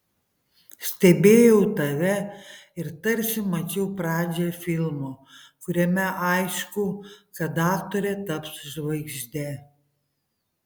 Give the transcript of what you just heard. stebėjau tave ir tarsi mačiau pradžią filmo kuriame aišku kad aktorė taps žvaigžde